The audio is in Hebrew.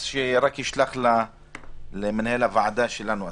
אז שישלח הודעה למנהל הוועדה שלנו אסף.